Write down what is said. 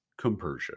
compersion